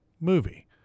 movie